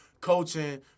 coaching